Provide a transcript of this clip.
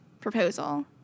proposal